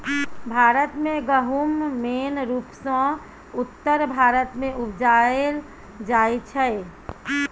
भारत मे गहुम मेन रुपसँ उत्तर भारत मे उपजाएल जाइ छै